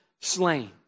slain